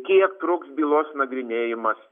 kiek truks bylos nagrinėjimas